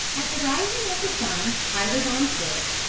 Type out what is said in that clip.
at the rising of the sun i was on foot,